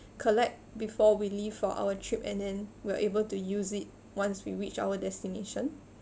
collect before we leave for our trip and then we are able to use it once we reach our destination